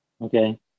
Okay